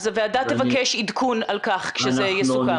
הוועדה תבקש עדכון על כך כשזה יסוכם.